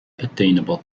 attainable